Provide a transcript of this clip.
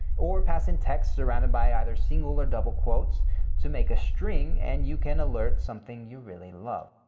or pass in text surrounded by either single or double quotes to make a string, and you can alert something you really love.